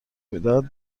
میدهد